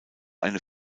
eine